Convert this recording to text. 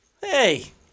Hey